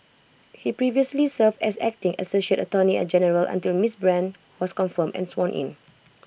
he previously served as acting associate Attorney general until miss brand was confirmed and sworn in